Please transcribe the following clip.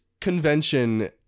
convention